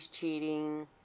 cheating